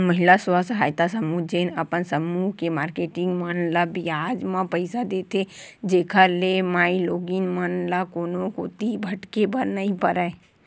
महिला स्व सहायता समूह जेन अपन समूह के मारकेटिंग मन ल बियाज म पइसा देथे, जेखर ले माईलोगिन मन ल कोनो कोती भटके बर नइ परय